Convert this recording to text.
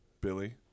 Billy